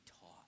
taught